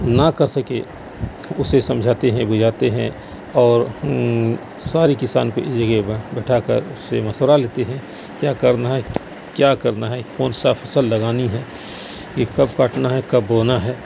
نہ کر سکے اسے سمجھاتے ہیں بجھاتے ہیں اور سارے کسان کو ایک جگہ پر بٹھا کر اس سے مشورہ لیتے ہیں کیا کرنا ہے کیا کرنا ہے کون سا فصل لگانی ہے یہ کب کاٹنا ہے کب بونا ہے